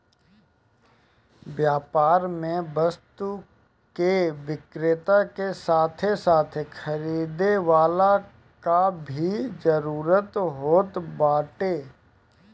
व्यापार में वस्तु के विक्रेता के साथे साथे खरीदे वाला कअ भी जरुरत होत बाटे